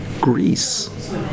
Greece